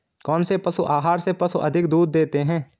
कौनसे पशु आहार से पशु अधिक दूध देते हैं?